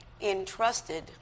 entrusted